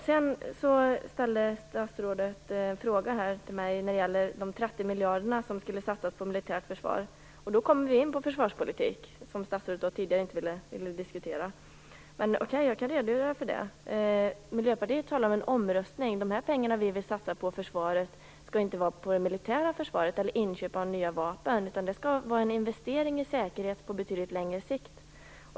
Sedan ställde statsrådet en fråga till mig som gällde de 30 miljarder kronorna som skulle satsas på militärt försvar. Då kommer vi in på försvarspolitik, det som statsrådet tidigare inte ville diskutera. Jag kan redogöra för det. Miljöpartiet talar om en omrustning. De pengar vi vill satsa på försvaret skall inte gälla det militära försvaret eller inköp av nya vapen. Det skall vara fråga om en investering i säkerhet på betydligt längre sikt.